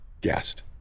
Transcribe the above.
guest